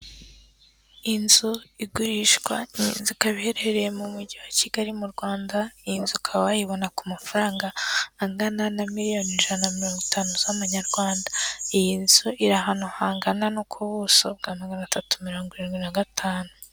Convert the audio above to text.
Inzu igurishwa, iyi nzu ikaba iherereye mu Mujyi wa Kigali mu Rwanda, iyi nzu ukaba wayibona ku mafaranga angana na miliyoni ijana mirongo itanu z'amanyarwanda. Iyi nzu iri ahantu hangana no ku buso bwa magana atatu mirongo irindwi na gatanu.